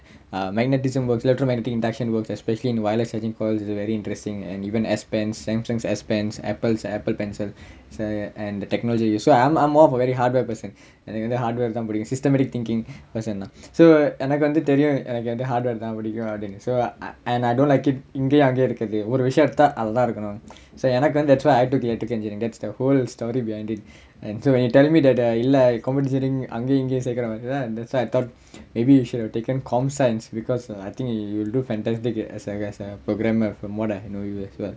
err magnetism works electro magnetic induction works especially in wireless electric course it's very interesting and you even expands central expands apple pencil and the technology so I'm all for very hardware person எனக்கு வந்து:enakku vanthu hardware தான் புடிக்கும்:thaan pudikkum systematic thinking person நா:naa so எனக்கு வந்து தெரியும் எனக்கு வந்து:enakku vanthu theriyum enakku vanthu hardware தான் புடிக்கும் அப்படின்னு:thaan pudikkum appadinnu and I don't like it இங்கயும் அங்கயும் இருக்குறது ஒரு விஷயம் எடுத்தா அத தான் எடுக்கணும்:ingayum angayum irukkurathu oru vishayam edutha atha thaan edukanum so எனக்கு வந்து:enakku vanthu that's why I took electrical engineering that's the whole story behind it